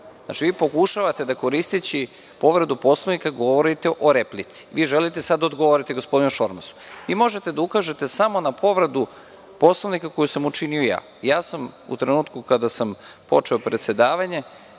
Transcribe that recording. Poslovnik. Pokušavate da, koristeći povredu Poslovnika, govorite o replici. Vi želite sada da odgovorite gospodinu Šormazu. Možete da ukažete samo na povredu Poslovnika koju sam učinio ja. Ja sam, u trenutku kada sam počeo predsedavanje,